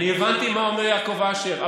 אני הבנתי מה אומר יעקב אשר.